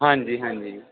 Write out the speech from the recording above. ਹਾਂਜੀ ਹਾਂਜੀ